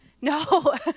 No